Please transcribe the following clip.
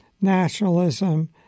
nationalism